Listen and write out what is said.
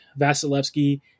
Vasilevsky